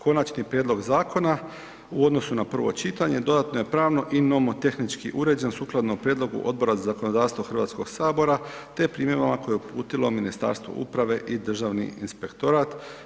Konačni prijedlog Zakona u odnosu na prvo čitanje dodatno je pravno i nomotehnički uređeno sukladno prijedlogu Odbora za zakonodavstvo HS-a te primjedbama koje je uputilo Ministarstvo uprave i Državni inspektorat.